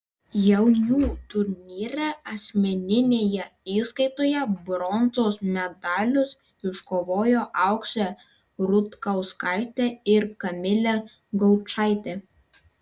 jaunių turnyre asmeninėje įskaitoje bronzos medalius iškovojo auksė rutkauskaitė ir kamilė gaučaitė